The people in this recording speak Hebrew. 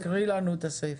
תקרא לנו את הסעיף.